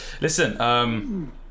Listen